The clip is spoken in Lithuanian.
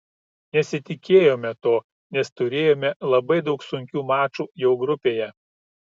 nesitikėjome to nes turėjome labai daug sunkių mačų jau grupėje